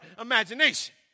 imagination